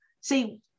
See